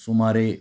सुमारे